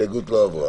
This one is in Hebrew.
ההסתייגות לא עברה.